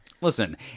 Listen